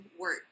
work